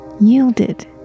yielded